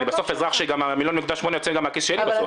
אבל אני בסוף אזרח וה-1.8 מיליון יוצא מהכיס שלי בסוף.